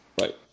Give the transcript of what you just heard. Right